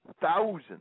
Thousands